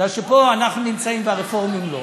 בגלל שפה אנחנו נמצאים והרפורמים לא,